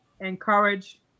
encourage